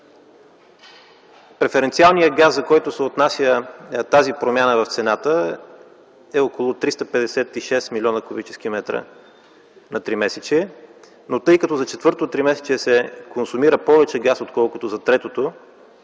Преференциалният газ, за който се отнася тази промяна в цената е около 356 млн. куб. м на тримесечие, но тъй като за четвъртото тримесечие се консумира повече газ, отколкото за третото,